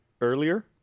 earlier